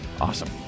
Awesome